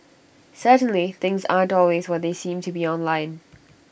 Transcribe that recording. certainly things aren't always what they seem to be online